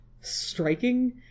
striking